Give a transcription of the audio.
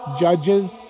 Judges